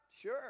Sure